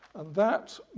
and that